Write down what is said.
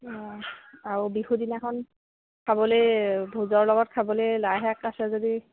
আৰু বিহু দিনাখন খাবলৈ ভোজৰ লগত খাবলৈ লাইশাক আছে যদি